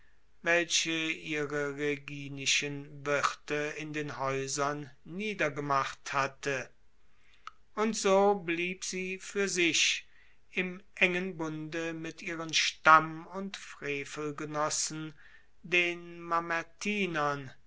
welche ihre rheginischen wirte in den haeusern niedergemacht hatte und so blieb sie fuer sich im engen bunde mit ihren stamm und frevelgenossen den